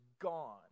gone